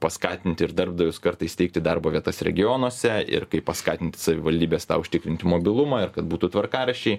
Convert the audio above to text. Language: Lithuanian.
paskatinti ir darbdavius kartais steigti darbo vietas regionuose ir kaip paskatinti savivaldybes tą užtikrinti mobilumą ir kad būtų tvarkaraščiai